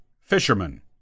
Fisherman